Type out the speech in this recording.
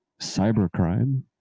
cybercrime